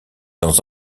dans